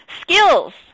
Skills